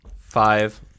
five